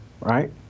right